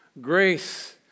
grace